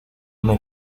una